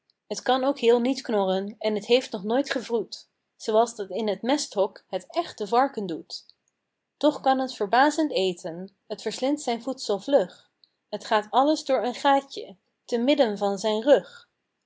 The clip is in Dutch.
het kan ook heel niet knorren en t heeft nog nooit gewroet zooals dat in het mesthok het echte varken doet toch kan t verbazend eten t verslindt zijn voedsel vlug t gaat alles door een gaatje te midden van zijn rug